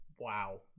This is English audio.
wow